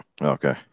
Okay